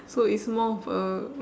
so it's more of a